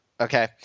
Okay